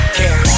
care